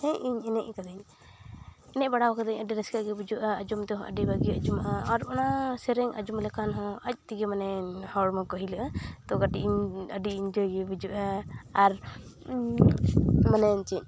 ᱦᱮᱸ ᱤᱧ ᱮᱱᱮᱡ ᱟᱠᱟᱹᱫᱟᱹᱧ ᱮᱱᱮᱡ ᱵᱟᱲᱟᱣ ᱠᱟᱹᱫᱟᱹᱧ ᱟᱹᱰᱤ ᱨᱟᱹᱥᱠᱟᱹᱜᱮ ᱵᱩᱡᱷᱟᱹᱜᱼᱟ ᱟᱨ ᱟᱡᱚᱢᱛᱮ ᱦᱚᱸ ᱟᱹᱰᱤ ᱵᱷᱟᱹᱜᱤ ᱟᱡᱚᱢᱚᱜᱼᱟ ᱟᱨ ᱚᱱᱟ ᱥᱮᱨᱮᱧ ᱟᱡᱚᱢ ᱞᱮᱠᱷᱟᱱ ᱦᱚᱸ ᱟᱡᱛᱮᱜᱮ ᱢᱟᱱᱮ ᱦᱚᱲᱢᱚᱠᱚ ᱦᱤᱞᱟᱹᱜᱼᱟ ᱛᱚ ᱠᱟᱹᱴᱤᱡ ᱤᱧ ᱟᱹᱰᱤ ᱤᱧᱡᱚᱭᱜᱮ ᱵᱩᱡᱷᱟᱹᱜᱼᱟ ᱟᱨ ᱢᱮᱱᱟᱹᱧ ᱪᱮᱫ